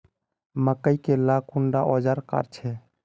मकई के ला कुंडा ओजार काट छै?